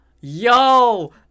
Yo